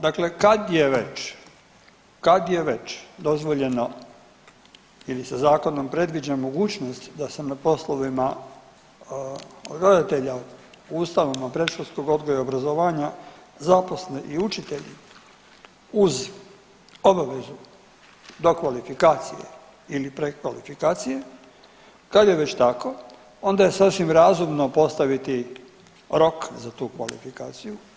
Dakle, kad je već, kad je već dozvoljeno ili se zakonom predviđa mogućnost da se na poslovima odgajatelja u ustanovama predškolskog odgoja i obrazovanja zaposle i učitelji uz obavezne dokvalifikacije ili prekvalifikacije, kad je već tako onda je sasvim razumno postaviti rok za tu kvalifikaciju.